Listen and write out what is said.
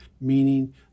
meaning